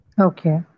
Okay